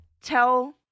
tell